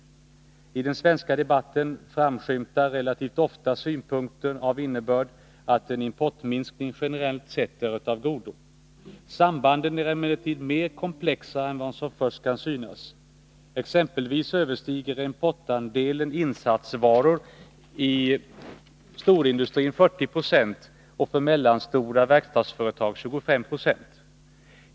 I den svenska debatten framskymtar relativt ofta synpunkter av innebörd att en importminskning generellt sett är av godo. Sambanden är emellertid mer komplexa än vad som först kan synas. Exempelvis överstiger importandelen för insatsvaror i storindustrin 40 96, och för mellanstora verkstadsföretag 25 9.